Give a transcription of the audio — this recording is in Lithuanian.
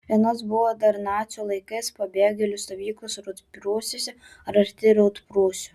vienos buvo dar nacių laikais pabėgėlių stovyklos rytprūsiuose ar arti rytprūsių